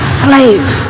slave